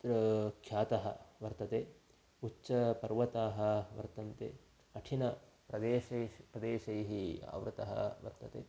अत्र ख्यातः वर्तते उच्च पर्वताः वर्तन्ते कठिनप्रदेशेशु प्रदेशैः आवर्तः वर्तते